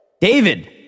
David